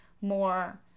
more